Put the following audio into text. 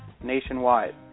nationwide